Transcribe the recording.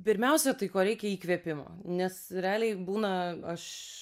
pirmiausia tai ko reikia įkvėpimo nes realiai būna aš